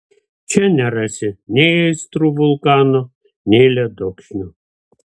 čia nerasi nei aistrų vulkano nei ledokšnio